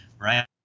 right